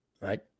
right